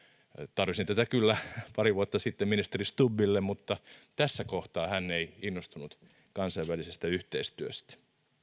tarjosin tätä kyllä pari vuotta sitten ministeri stubbille mutta tässä kohtaa hän ei innostunut kansainvälisestä yhteistyöstä